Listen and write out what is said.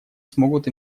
смогут